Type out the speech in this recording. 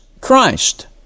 Christ